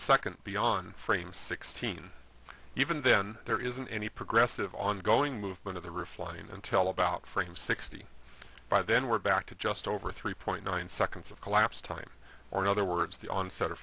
second beyond frame sixteen even then there isn't any progressive ongoing movement of the roof line until about frame sixty by then we're back to just over three point nine seconds of collapse time or in other words the onset of